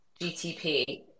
GTP